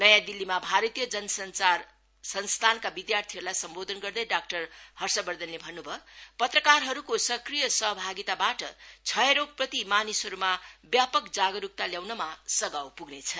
नयाँ दिल्लीमा भारतीय जनसंचार संस्थानका विध्यार्थीहरूलाई सम्बोधन गर्दै डाक्टर हर्षवर्धनले भन्नु भयो पत्रकारहरूको सक्रीय सहभागिताबाट क्षयरोगप्रति मानिसहरूमा व्यापक जागरूकत ल्याउनमा सघाउ पुग्नेछ